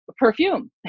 perfume